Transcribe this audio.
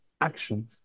action